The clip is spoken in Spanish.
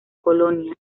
colonia